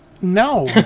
No